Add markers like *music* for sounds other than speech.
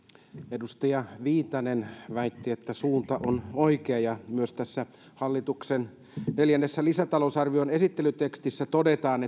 edustaja viitanen väitti että suunta on oikea myös tässä hallituksen neljännen lisätalousarvion esittelytekstissä todetaan *unintelligible*